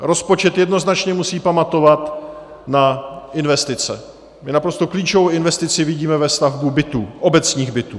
Rozpočet jednoznačně musí pamatovat na investice, kde naprosto klíčovou investici vidíme ve stavbě bytů, obecních bytů.